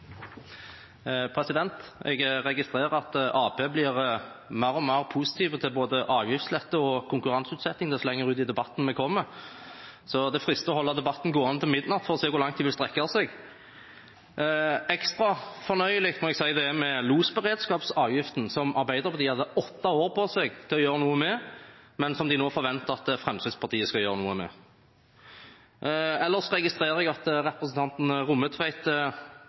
Jeg registrerer at Arbeiderpartiet blir mer og mer positive til både avgiftslette og konkurranseutsetting dess lenger ut i debatten vi kommer, så det er fristende å holde debatten gående til midnatt for å se hvor langt de vil strekke seg. Ekstra fornøyelig må jeg si det er med losberedskapsavgiften, som Arbeiderpartiet hadde åtte år på seg til å gjøre noe med, men som de nå forventer at Fremskrittspartiet skal gjøre noe med. Ellers registrerer jeg at representanten Rommetveit